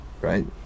right